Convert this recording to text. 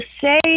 say